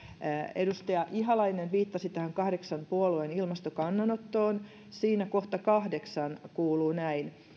edustaja ihalainen viittasi tähän kahdeksan puolueen ilmastokannanottoon siinä kohta kahdeksan kuuluu näin